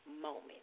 moment